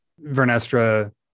Vernestra